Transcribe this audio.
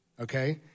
okay